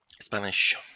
Spanish